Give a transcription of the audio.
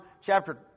chapter